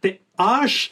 tai aš